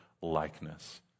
likeness